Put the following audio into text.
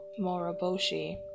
Moroboshi